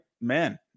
Man